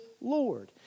Lord